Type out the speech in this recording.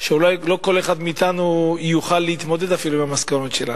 שאולי לא כל אחד מאתנו יוכל להתמודד אפילו עם המסקנות האלה,